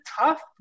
tough